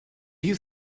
you